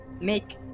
make